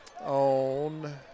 on